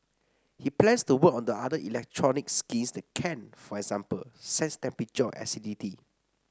he plans to work on other electronic skins that can for example sense temperature or acidity